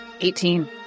18